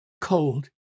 cold